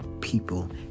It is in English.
people